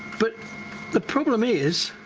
but the problem is